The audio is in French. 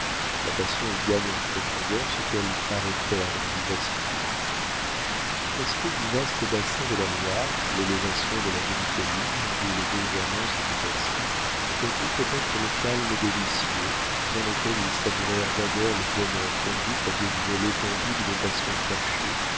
la passion y gagne en profondeur ce qu'elle paraît perdre en vivacité l'aspect du vaste bassin de la loire l'élévation de la jolie colline où les deux amants s'étaient assis causaient peut-être le calme délicieux dans lequel ils savourèrent d'abord le bonheur qu'on goûte à deviner l'étendue d'une passion cachée